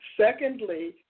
Secondly